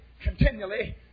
continually